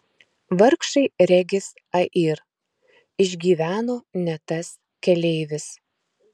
vargšai regis air išgyveno ne tas keleivis